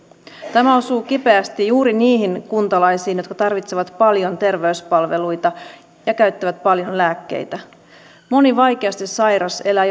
tämä osuu kipeästi juuri niihin kuntalaisiin jotka tarvitsevat paljon terveyspalveluita ja käyttävät paljon lääkkeitä moni vaikeasti sairas elää